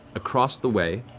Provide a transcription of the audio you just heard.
across the way,